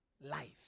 life